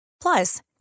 Plus